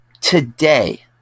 today